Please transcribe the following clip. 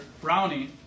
Brownie